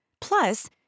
Plus